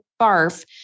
barf